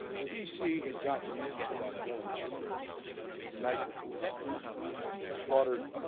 the vc had gotten into that village the night before and slaughtered